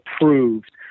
approved